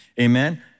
Amen